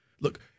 Look